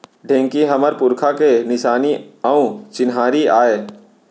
ढेंकी हमर पुरखा के निसानी अउ चिन्हारी आय